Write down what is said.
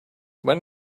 when